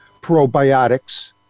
probiotics